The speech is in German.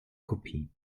kopie